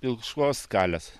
pilkšvos skalės